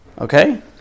Okay